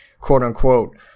quote-unquote